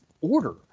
order